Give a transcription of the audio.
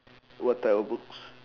what type of books